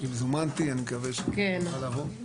אם זומנתי אני מקווה שאני אוכל לבוא.